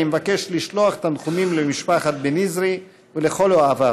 אני מבקש לשלוח תנחומים למשפחת בן-יזרי ולכל אוהביו.